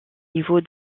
niveau